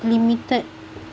limited